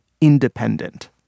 independent